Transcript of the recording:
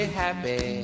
happy